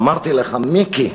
ואמרתי לך: מיקי,